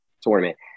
tournament